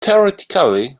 theoretically